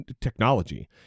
technology